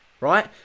right